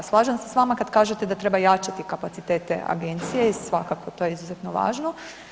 Slažem se s vama kada kažete da treba jačati kapacitete Agencije i svakako to je izuzetno važno.